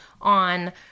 on